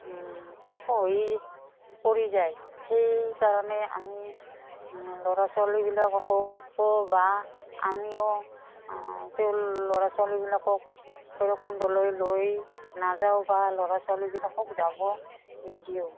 খহি পৰি যায় সেইকাৰণে আমি ল'ৰা ছোৱালীবিলাককো বা আমিও তেওঁ ল'ৰা ছোৱালীবিলাকক ভৈৰৱকুণ্ডলৈ লৈ নাযাওঁ বা ল'ৰা ছোৱালীবিলাকক যাব নিদিও